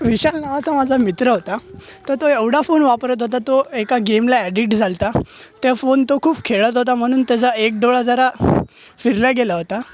विशाल नावाचा माझा मित्र होता तर तो एवढा फोन वापरत होता तो एका गेमला ॲडिक्ट झाला होता त्या फोन तो खूप खेळत होता म्हणून त्याचा एक डोळा जरा फिरला गेला होता